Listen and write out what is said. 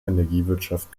energiewirtschaft